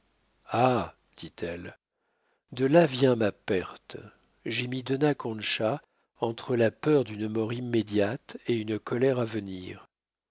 ha dit-elle de là vient ma perte j'ai mis dona concha entre la peur d'une mort immédiate et une colère à venir